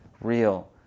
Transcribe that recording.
real